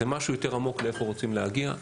זה משהו יותר עמוק לאיפה רוצים להגיע,